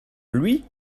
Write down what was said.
lui